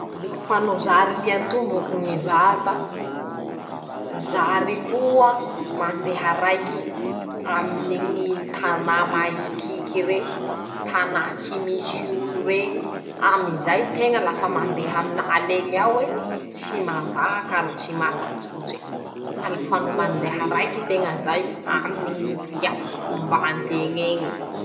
<...>Lafa no zary lian-tomboky ñy vata, zary koa mandeha raiky aminy ñy tanà maikiky reñy, tanà tsy misy olo reñy, amin'izay teña lafa mandeha amin'aleñy ao e, tsy mavaka ro tsy matahotse, fa lafa no mandeha raiky teña zay aminy ñy lia ombanteñeñy.